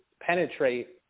Penetrate